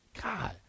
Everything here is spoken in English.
God